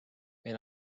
meil